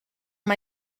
amb